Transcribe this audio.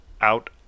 out